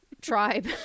tribe